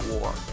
war